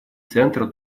центр